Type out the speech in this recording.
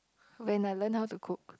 when I learn how to cook